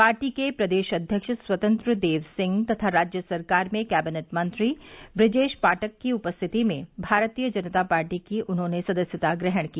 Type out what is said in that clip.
party के प्रदेश अध्यक्ष स्वतंत्र देव सिंह तथा राज्य सरकार में काबीना मंत्री बृजेश पाठक की उपस्थिति में भारतीय जनता पार्टी की सदस्यता ग्रहण की